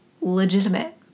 legitimate